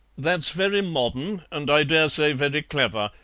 that's very modern, and i dare say very clever,